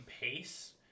pace